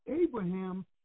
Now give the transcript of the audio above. Abraham